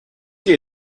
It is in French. les